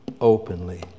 openly